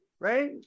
right